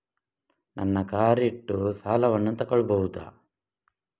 ನನ್ನ ಕಾರ್ ಇಟ್ಟು ಸಾಲವನ್ನು ತಗೋಳ್ಬಹುದಾ?